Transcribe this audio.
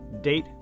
date